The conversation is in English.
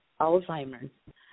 Alzheimer's